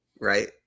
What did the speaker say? Right